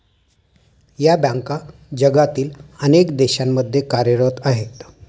या बँका जगातील अनेक देशांमध्ये कार्यरत आहेत